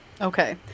Okay